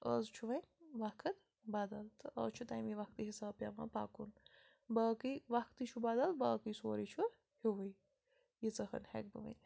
آز چھُ وَنۍ وَقت بَدل تہٕ آز چھُ تَمی وَقتہٕ حساب پٮ۪وان پَکُن باقٕے وَقتٕے چھُ بَدل باقٕے سورٕے چھُ ہیُوٕے ییٖژاہ ہَن ہٮ۪کہٕ بہٕ وٕنِتھ